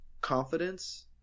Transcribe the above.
confidence